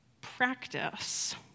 practice